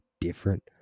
different